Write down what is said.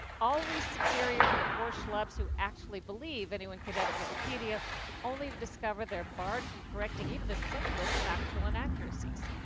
always superior to the poor schlubs who actually believe anyone can edit wikipedia only to discover they're barred from correcting even the simplest factual inaccuracies.